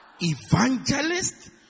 evangelist